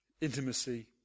intimacy